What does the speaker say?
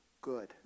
good